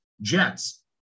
Jets